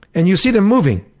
and you see them moving.